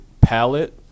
palette